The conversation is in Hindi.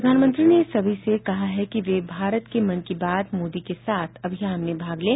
प्रधानमंत्री ने सभी से कहा है कि वे भारत के मन की बात मोदी के साथ अभियान में भाग लें